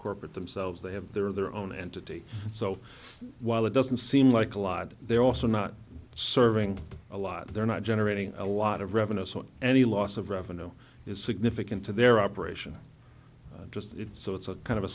corporate themselves they have their own entity so while it doesn't seem like a lot they're also not serving a lot they're not generating a lot of revenue so any loss of revenue is significant to their operation just so it's a kind of a